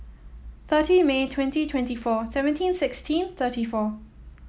thirty May twenty twenty four seventeen sixteen thirty four